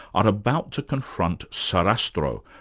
are about to confront sarastro,